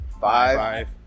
Five